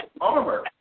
armor